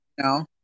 no